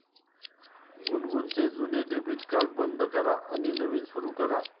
गुनगुनचे जुने debit card बंद करा आणि नवीन सुरू करा